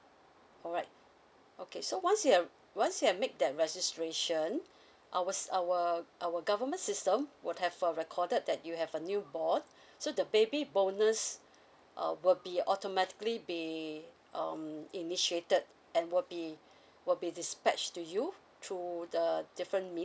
alright okay so once you have once you have made that registration ours our our government system would have a recorded that you have a new born so the baby bonus err would be automatically be um initiated and would be would be dispatched to you through the different means